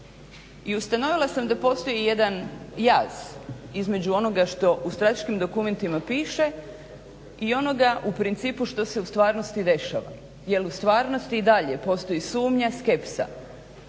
I ustanovila sam da postoji jedan jaz između onoga što u strateškim dokumentima piše i onoga u principu što se u stvarnosti dešava jel u stvarnosti i dalje postoji sumnja i skepsa